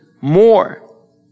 more